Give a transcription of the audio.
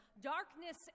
Darkness